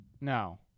No